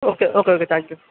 okay okay okay thank you